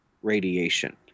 Radiation